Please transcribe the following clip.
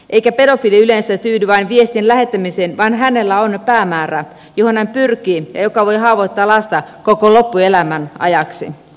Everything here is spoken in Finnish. eikä pedofiili yleensä tyydy vain viestien lähettämiseen vaan hänellä on päämäärä johon hän pyrkii ja joka voi haavoittaa lasta koko loppuelämän ajaksi